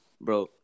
bro